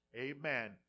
Amen